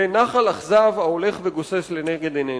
לנחל אכזב, ההולך וגוסס לנגד עינינו.